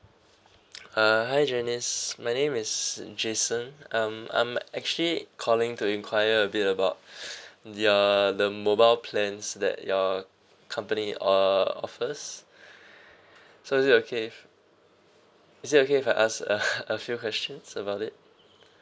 uh hi janice my name is jason um I'm actually calling to enquire a bit about your the mobile plans that your company offers so is it okay is it okay if I ask a few questions about it